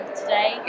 today